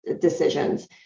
decisions